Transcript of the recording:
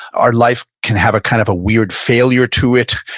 our life can have a kind of weird failure to it,